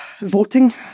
voting